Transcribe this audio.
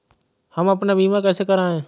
हम अपना बीमा कैसे कराए?